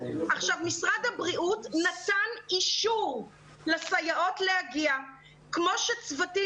עכשיו משרד הבריאות נתן אישור לסייעות להגיע כמו שצוותים